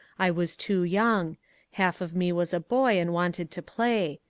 i was too young half of me was a boy and wanted to play.